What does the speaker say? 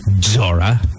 Zora